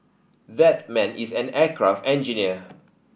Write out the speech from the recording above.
that man is an aircraft engineer